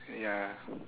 ya